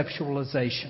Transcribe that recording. conceptualization